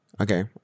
Okay